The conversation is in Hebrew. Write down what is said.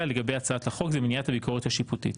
לגבי הצעת החוק היא מניעת הביקורת השיפוטית.